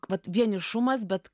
vat vienišumas bet